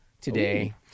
today